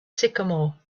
sycamore